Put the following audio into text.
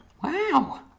Wow